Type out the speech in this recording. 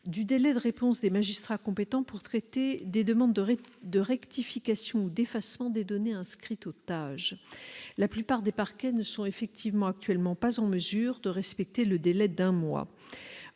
du délai de réponse des magistrats compétents pour traiter des demandes de rectification ou d'effacement des données inscrites au TAJ. En effet, la plupart des parquets ne sont actuellement pas en mesure de respecter le délai d'un mois.